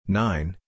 nine